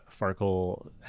Farkle